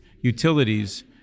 utilities